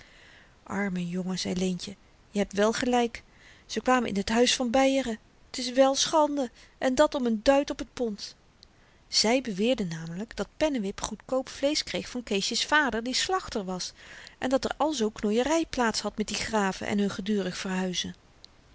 arme jongen zei leentje je hebt wel gelyk ze kwamen in t huis van beieren t is wel schande en dat om n duit op t pond zy beweerde namelyk dat pennewip goedkoop vleesch kreeg van keesje's vader die slachter was en dat er alzoo knoeiery plaats had met die graven en hun gedurig verhuizen